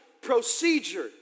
procedure